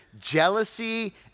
jealousy